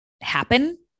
happen